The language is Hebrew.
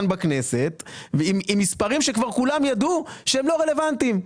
בכנסת ועם מספרים שכבר כולם ידעו שהם לא רלוונטיים.